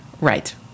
Right